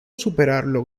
superarlo